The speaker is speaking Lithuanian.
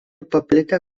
paplitę